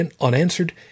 unanswered